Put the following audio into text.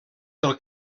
del